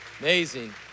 Amazing